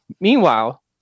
Meanwhile